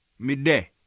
Midday